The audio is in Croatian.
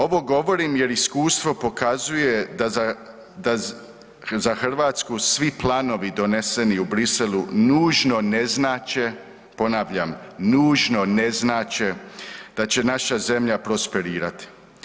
Ovo govorim jer iskustvo pokazuje da za Hrvatsku svi planovi doneseni u Bruxellesu nužno ne znače ponavljam, nužno ne znače da će naša zemlja prosperirati.